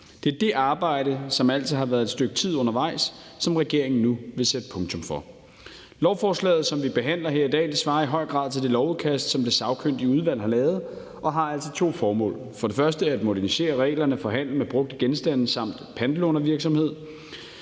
Det er det arbejde, som altså har været et stykke tid undervejs, som regeringen nu vil sætte punktum for. Lovforslaget, som vi behandler her i dag, svarer i høj grad til det lovudkast, som det sagkyndige udvalg har lavet, og det har altså to formål, nemlig for det første at modernisere reglerne for handelen med brugte genstande samt pantelånervirksomhed